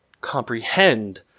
comprehend